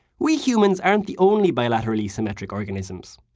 we humans aren't the only bilaterally symmetric organisms.